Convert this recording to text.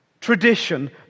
tradition